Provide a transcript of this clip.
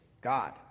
God